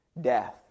death